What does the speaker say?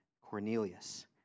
Cornelius